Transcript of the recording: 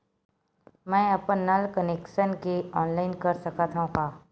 मैं अपन नल कनेक्शन के ऑनलाइन कर सकथव का?